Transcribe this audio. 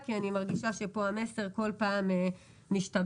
כי אני מרגישה שכאן המסר כל פעם משתבש.